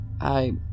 I